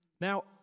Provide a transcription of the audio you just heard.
Now